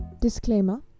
Disclaimer